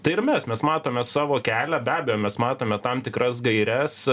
tai ir mes mes matome savo kelią be abejo mes matome tam tikras gaires